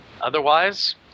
otherwise